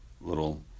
little